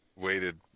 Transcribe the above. weighted